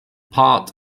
part